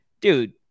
dude